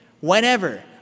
whenever